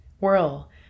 Whirl